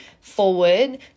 forward